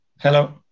hello